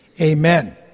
Amen